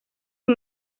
uyu